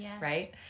right